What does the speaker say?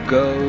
go